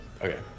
Okay